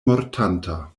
mortanta